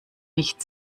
nicht